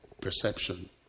perception